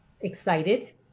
excited